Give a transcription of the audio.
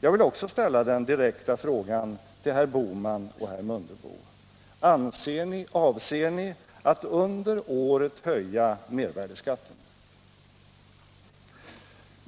Jag vill också ställa en direkt fråga till herr Bohman och herr Mundebo: Avser ni att under året höja mervärdeskatten?